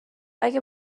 اگه